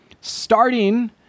starting